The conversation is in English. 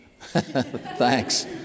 thanks